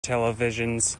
televisions